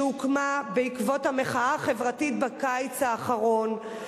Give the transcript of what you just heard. שהוקמה בעקבות המחאה החברתית בקיץ האחרון,